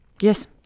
Yes